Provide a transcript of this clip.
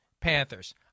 Panthers